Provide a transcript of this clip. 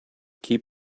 keep